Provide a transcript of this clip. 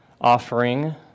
offering